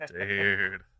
dude